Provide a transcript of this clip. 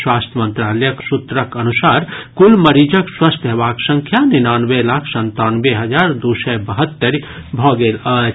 स्वास्थ्य मंत्रालयक सूत्रक अनुसार कुल मरीजक स्वस्थ हेबाक संख्या निन्यानवे लाख संतानवे हजार दू सय बहत्तरि भऽ गेल अछि